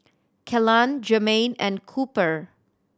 Kellan Germaine and Cooper